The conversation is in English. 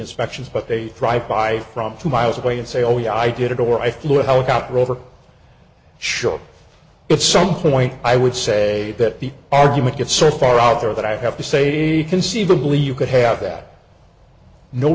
inspections but they drive by from two miles away and say oh yeah i did it or i flew a helicopter over shot at some point i would say that the argument get certified out there that i have to say conceivably you could have that no